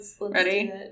Ready